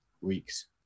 weeks